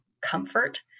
comfort